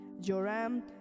Joram